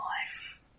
life